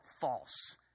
false